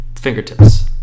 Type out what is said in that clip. fingertips